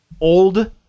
old